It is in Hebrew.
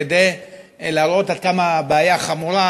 כדי להראות עד כמה הבעיה חמורה,